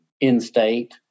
in-state